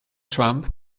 trump